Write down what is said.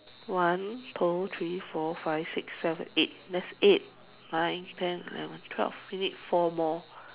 one two three four five six seven eight there's eight nine ten eleven twelve we need four more